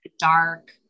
dark